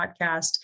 podcast